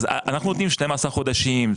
אנחנו נותנים 12 חודשים.